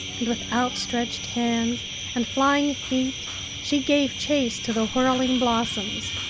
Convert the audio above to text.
and with outstretched hands and flying feet she gave chase to the whirling blossoms.